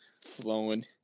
flowing